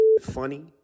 funny